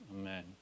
amen